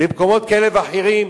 במקומות כאלה ואחרים,